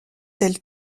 tel